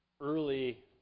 early